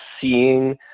seeing